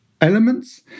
elements